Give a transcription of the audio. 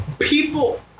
people